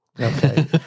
Okay